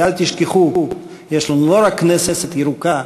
ואל תשכחו: יש לנו לא רק כנסת ירוקה,